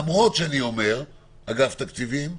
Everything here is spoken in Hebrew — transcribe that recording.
אגף התקציבים,